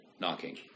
knocking